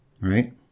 right